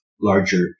larger